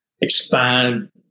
expand